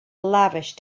lavish